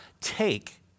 take